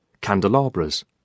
candelabras